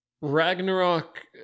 Ragnarok